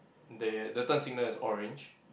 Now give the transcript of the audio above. they the turn signal is orange